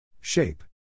Shape